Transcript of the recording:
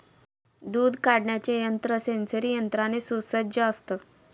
दूध काढण्याचे यंत्र सेंसरी यंत्राने सुसज्ज असतं